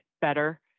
better